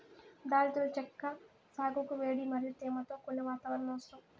దాల్చిన చెక్క సాగుకు వేడి మరియు తేమతో కూడిన వాతావరణం అవసరం